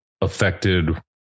affected